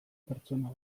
pertsona